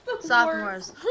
Sophomores